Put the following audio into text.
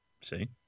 See